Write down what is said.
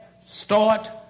start